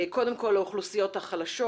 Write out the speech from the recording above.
קודם כל האוכלוסיות החלשות.